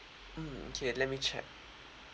mm okay let me check